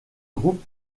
groupe